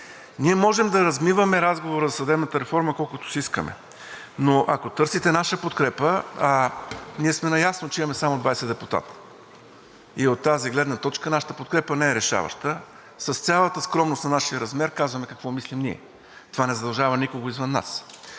Ние можем да размиваме разговора за съдебната реформа колкото си искаме. Ако търсите наша подкрепа, ние сме наясно, че имаме само 20 депутати. От тази гледна точка нашата подкрепа не е решаваща. С цялата скромност на нашия размер казваме какво мислим ние. Това не задължава никого извън нас.